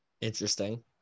interesting